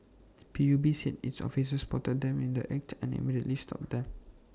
P U B said its officers spotted them in the act and immediately stopped them